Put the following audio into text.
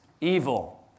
evil